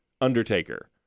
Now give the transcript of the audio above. Undertaker